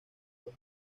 los